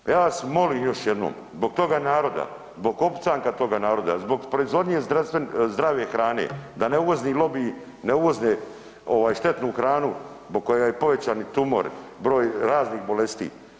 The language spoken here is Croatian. Pa ja vas molim još jednom zbog toga naroda, zbog opstanka toga naroda, zbog proizvodnje zdrave hrane da nam uvozni lobiji ne uvoze štetnu hranu zbog koje je povećani tumori, broj raznih bolesti.